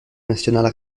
naturel